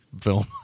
film